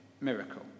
miracle